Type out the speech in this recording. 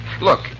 Look